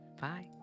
Bye